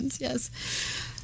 yes